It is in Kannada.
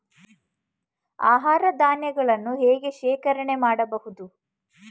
ಆಹಾರ ಧಾನ್ಯಗಳನ್ನು ಹೇಗೆ ಶೇಖರಣೆ ಮಾಡಬಹುದು?